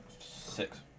six